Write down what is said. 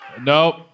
Nope